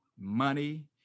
money